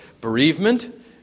bereavement